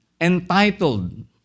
entitled